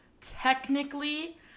technically